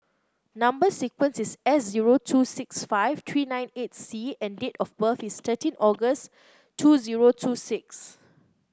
number sequence is S zero two six five three nine eight C and date of birth is thirteen August two zero two six